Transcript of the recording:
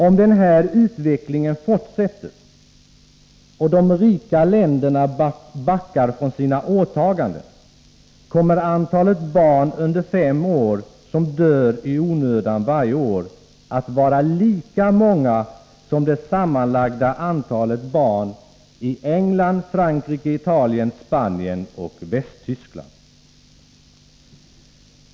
Om den här utvecklingen fortsätter och de rika länderna backar från sina åtaganden, kommer antalet barn under fem år som dör i onödan varje år att vara lika många som det sammanlagda antalet barn i England, Frankrike, Italien, Spanien och Västtyskland.